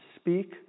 speak